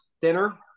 thinner